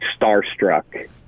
starstruck